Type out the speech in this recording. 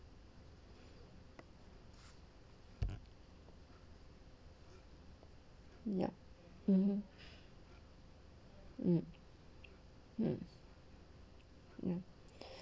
yup mmhmm mm mm mm